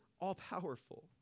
all-powerful